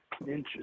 Interesting